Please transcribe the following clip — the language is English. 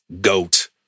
goat